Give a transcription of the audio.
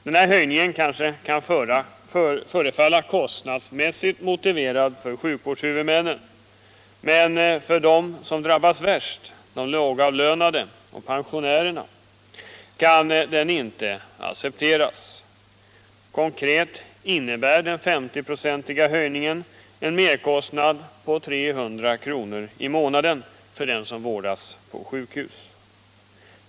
Denna höjning kanske kan förefalla kostnadsmässigt motiverad för sjukvårdshuvudmännen, men för dem som drabbas mest, dvs. de lågavlönade och pensionärerna, kan den inte accepteras. Konkret innebär den 50-procentiga höjningen en merkostnad på 300 kr. i månaden för den som vårdas på sjukhus.